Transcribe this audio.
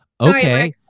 Okay